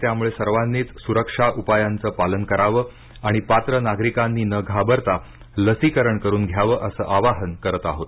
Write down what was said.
त्यामुळे सर्वांनीच सुरक्षा उपायांच पालन करावं आणि पात्र नागरिकांनी न घाबरता लसीकरण करून घ्यावं असं आवाहन करत आहोत